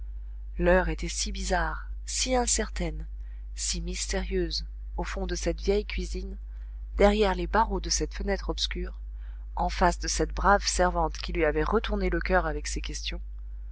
l'heure était si bizarre si incertaine si mystérieuse au fond de cette vieille cuisine derrière les barreaux de cette fenêtre obscure en face de cette brave servante qui lui avait retourné le coeur avec ses questions